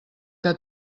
que